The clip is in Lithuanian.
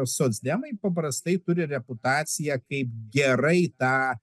socdemai paprastai turi reputaciją kaip gerai tą